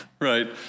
Right